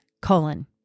colon